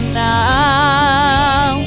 now